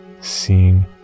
seeing